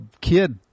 kid